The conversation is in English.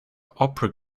opera